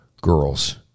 girls